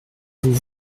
vous